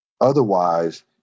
Otherwise